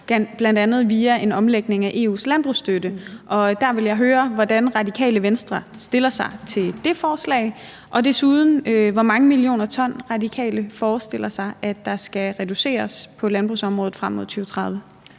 bl.a. via en omlægning af EU's landbrugsstøtte, og der vil jeg høre, hvordan Radikale Venstre stiller sig til det forslag, og desuden hvor mange millioner ton, Radikale forestiller sig at der skal reduceres med på landbrugsområdet frem mod 2030.